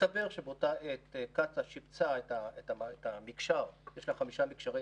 הסתבר שבאותה העת קצא"א שיפצה את המקשר יש לה חמישה מקשרים